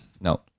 no